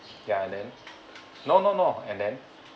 ya then no no no and then